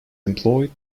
employed